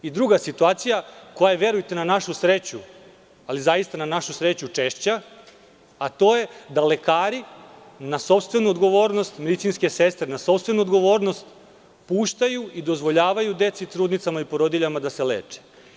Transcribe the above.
Druga situacija koja je, verujte, na našu sreću, ali zaista na našu sreću, češća, a to je da lekari na sopstvenu odgovornost, medicinske sestre na sopstvenu odgovornost, puštaju i dozvoljavaju deci, trudnicama i porodiljama da se leče.